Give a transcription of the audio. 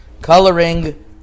coloring